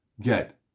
get